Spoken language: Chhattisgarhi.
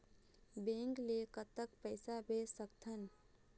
बैंक ले कतक पैसा भेज सकथन?